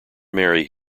marry